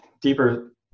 deeper